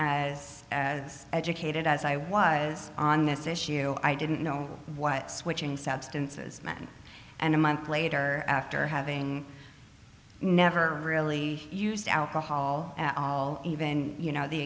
as as educated as i was on this issue i didn't know what switching substances man and a month later after having never really used alcohol at all even you know the